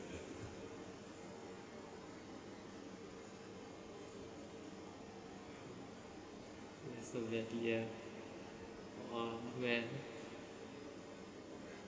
so jadi eh !wah! when